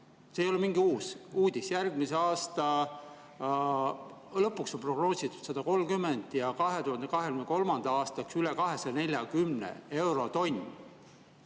See ei ole mingi uus uudis. Järgmise aasta lõpuks on prognoositud 130 ja 2023. aastaks üle 240 euro tonn,